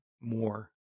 more